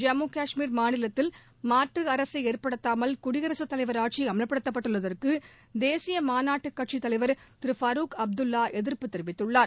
ஜம்மு கஷ்மீர் மாநிலத்தில் மாற்று அரசை ஏற்படுத்தாமல் குடியரசு தலைவர் ஆட்சி அமல்படுத்தப்பட்டுள்ளதற்கு தேசிய மாநாட்டு கட்சி தலைவர் திரு பரூக் அப்துல்வா எதிர்ப்பு தெரிவித்துள்ளார்